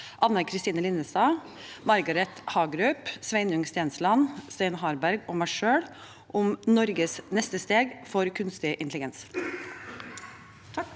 Anne Kristine Linnestad, Margret Hagerup, Sveinung Stensland, Svein Harberg og meg selv om Norges neste steg for kunstig intelligens.